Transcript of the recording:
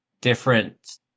different